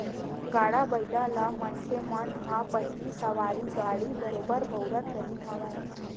गाड़ा बइला ल मनखे मन ह पहिली सवारी गाड़ी बरोबर बउरत रिहिन हवय